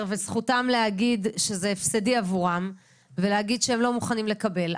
וזכותם להגיד שזה הפסדי עבורם ולהגיד שהם לא מוכנים לקבל,